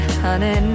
honey